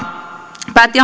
päätti